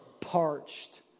parched